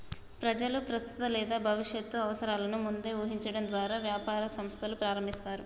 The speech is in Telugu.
ప్రజలు ప్రస్తుత లేదా భవిష్యత్తు అవసరాలను ముందే ఊహించడం ద్వారా వ్యాపార సంస్థలు ప్రారంభిస్తారు